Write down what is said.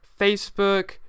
Facebook